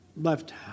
left